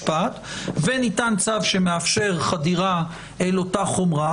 וניתן צו שמאפשר חדירה אל אותה חומרה,